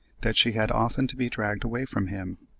that she had often to be dragged away from him.